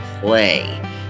play